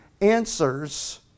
answers